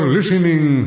Listening